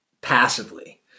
passively